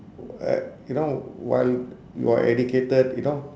you know while you are educated you know